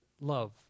love